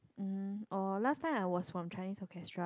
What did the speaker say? um oh last time I was from Chinese Orchestra